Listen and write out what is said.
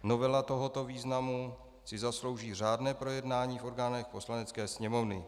Novela tohoto významu si zaslouží řádné projednání v orgánech Poslanecké sněmovny.